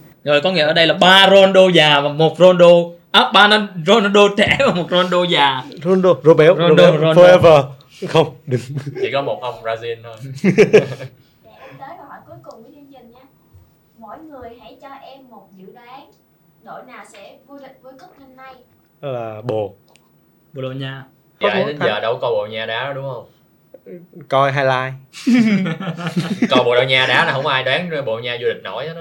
Rồi có nghĩa ở đây là ba Ronaldo già và một Ronaldo- à, ba năm Ronaldo trẻ và một Ronaldo già. Ronaldo, Robert- Ronaldo, forever. Ronaldo. Không, đừng. Chỉ có một ông Brazil thôi. Để em tới câu hỏi cuối cùng của chương trình nha. Mỗi người hãy cho em một dự đoán. Đội nào sẽ vô địch World Cup năm nay? Đó là Bồ. Bồ Đào Nha. Vậy Có Bồ đến thật. giờ đâu có coi Bồ Đào Nha đá đó đúng không? Coi highlight. Coi Bồ Đào Nha đá là không ai đoán Bồ Đào Nha vô địch nổi.